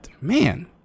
man